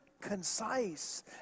concise